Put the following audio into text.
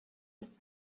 ist